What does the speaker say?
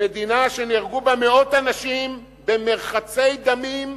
במדינה שנהרגו בה מאות אנשים, במרחצי דמים,